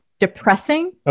Depressing